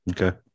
Okay